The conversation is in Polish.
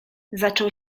zaczął